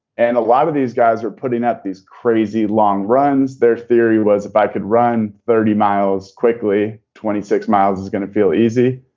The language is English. and a lot of these guys are putting out these crazy long runs. their theory was, if i could run thirty miles quickly. twenty six miles is going to feel easy.